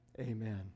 amen